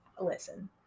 listen